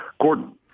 Gordon